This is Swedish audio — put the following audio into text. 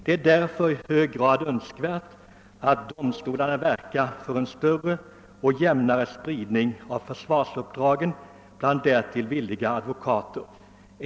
Det är därför i hög grad önskvärt, att domstolarna verkar för en större och jämnare spridning av försvararuppdragen bland därtill villiga advokater i Stockholmsområdet.